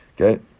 Okay